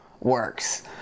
works